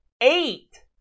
eight